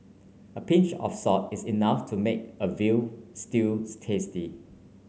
a pinch of salt is enough to make a veal stews tasty